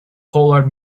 pollard